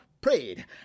prayed